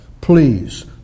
please